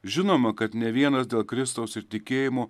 žinoma kad ne vienas dėl kristaus ir tikėjimų